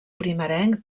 primerenc